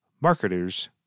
Marketers